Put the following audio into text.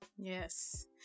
Yes